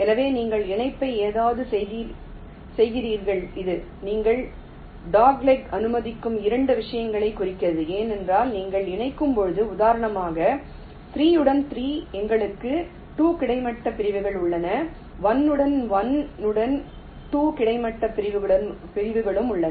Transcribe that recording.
எனவே நீங்கள் இணைப்பை ஏதாவது செய்கிறீர்கள் இது நீங்கள் டாக்லெக்குகளை அனுமதிக்கும் 2 விஷயங்களைக் குறிக்கிறது ஏனென்றால் நீங்கள் இணைக்கும்போது உதாரணமாக 3 உடன் 3 எங்களுக்கு 2 கிடைமட்ட பிரிவுகள் உள்ளன 1 உடன் 1 உடன் 2 கிடைமட்ட பிரிவுகளும் உள்ளன